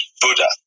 Buddha